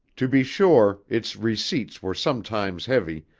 to be sure, its receipts were sometimes heavy,